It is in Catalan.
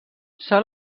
sol